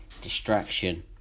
distraction